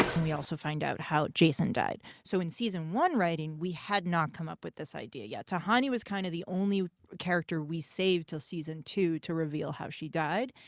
we also find out how jason died. so in season one writing, we had not come up with this idea yet. tahani was kind of the only character we saved till season two to reveal how she died.